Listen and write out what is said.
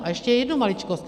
A ještě jednu maličkost.